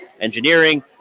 Engineering